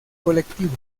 colectivos